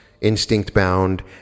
instinct-bound